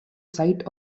site